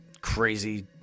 crazy